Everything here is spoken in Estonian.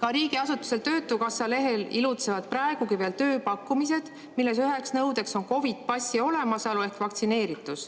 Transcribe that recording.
Ka riigiasutuse, töötukassa lehel ilutsevad praegugi veel tööpakkumised, milles üheks nõudeks on COVID‑i passi olemasolu ehk vaktsineeritus.